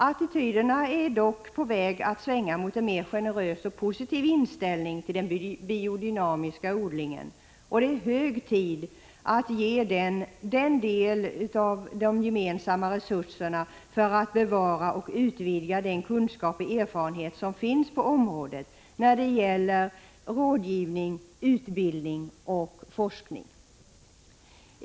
Attityderna är dock nu på väg att svänga mot en mera generös och positiv inställning till den biodynamiska odlingen, och det är hög tid att ge den en del av de gemensamma resurserna för att bevara och utvidga den kunskap och erfarenhet som finns på området när det gäller rådgivning, utbildning och forskning.